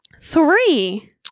Three